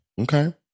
Okay